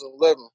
2011